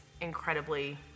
incredibly